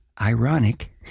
ironic